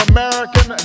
American